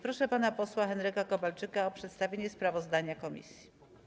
Proszę pana posła Henryka Kowalczyka o przedstawienie sprawozdania komisji.